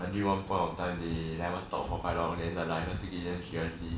until one point of time they never talk for quite long then lionel take it damn seriously